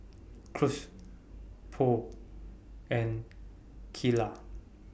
Cruz Purl and Kylah